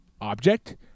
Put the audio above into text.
object